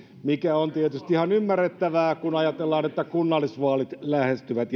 mikä on tietysti ihan ymmärrettävää kun ajatellaan että kunnallisvaalit lähestyvät